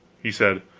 he said